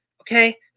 okay